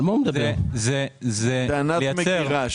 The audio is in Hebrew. תודה רבה.